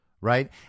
Right